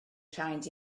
rhaid